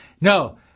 No